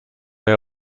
they